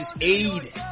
aid